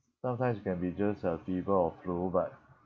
sometimes it can be just a fever or flu but